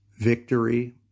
victory